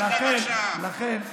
לכן,